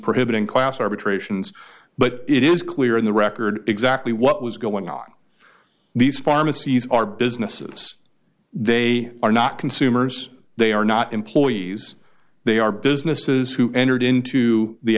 prohibiting class arbitrations but it is clear in the record exactly what was going on these pharmacies are businesses they are not consumers they are not employees they are businesses who entered into the